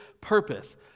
purpose